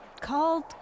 called